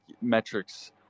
metrics